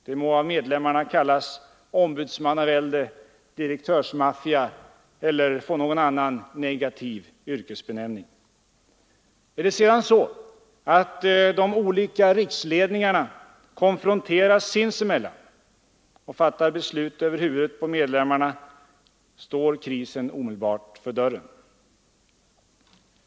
Den må av medlemmarna kallas ombudsmannavälde, direktörsmaffia eller få någon annan negativ yrkesbenämning. Är det sedan så, att de olika riksledningarna konfronteras sinsemellan och fattar beslut över huvudet på medlemmarna, står krisen omedelbart för dörren.